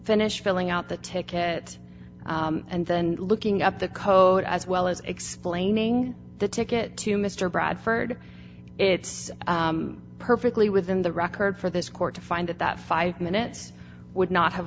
finish filling out the ticket and then looking at the code as well as explaining the ticket to mr bradford it's perfectly within the record for this court to find that five minutes would not have